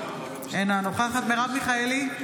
אינה נוכחת מרב מיכאלי,